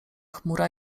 chmura